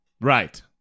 Right